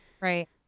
Right